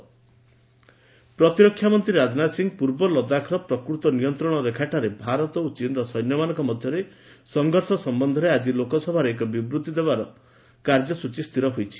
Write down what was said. LAC statement ପ୍ରତିରକ୍ଷାମନ୍ତ୍ରୀ ରାଜନାଥ ସିଂ ପୂର୍ବଲଦାଖର ପ୍ରକୃତ ନିୟନ୍ତ୍ରଣରେଖାଠାରେ ଭାରତ ଓ ଚୀନର ସୈନ୍ୟମାନଙ୍କ ମଧ୍ୟରେ ସଂଘର୍ଷ ସମ୍ପନ୍ଧରେ ଆଜି ଲୋକସଭାରେ ଏକ ବିବୃଭି ଦେବାର କାର୍ଯ୍ୟସ୍ଚୀ ସ୍ଥିର ହୋଇଛି